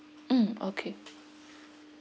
mm okay